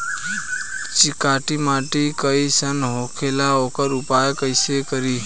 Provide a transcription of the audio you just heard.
चिकटि माटी कई सन होखे ला वोकर उपचार कई से करी?